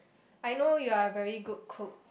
I know you are a very good cook